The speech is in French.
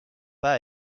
pas